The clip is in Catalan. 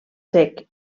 sec